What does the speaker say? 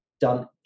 done